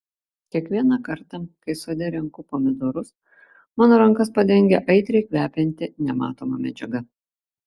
kiekvieną kartą kai sode renku pomidorus mano rankas padengia aitriai kvepianti nematoma medžiaga